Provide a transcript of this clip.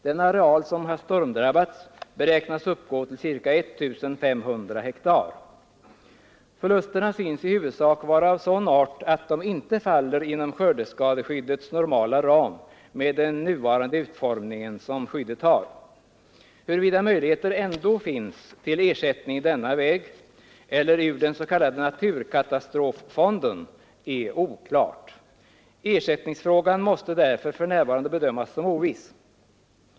Den areal som har stormdrabbats beräknas uppgå till ca 1 500 hektar. Förlusterna syns i huvudsak vara av sådan art att de inte faller inom skördeskadeskyddets normala ram med den nuvarande utformningen av skyddet. Huruvida möjligheter ändå finns till ersättning den vägen eller ur den s.k. naturkatastroffonden är oklart. Ersättningsfrågan måste därför för närvarande bedömas som oviss.